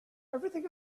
everything